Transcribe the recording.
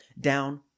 down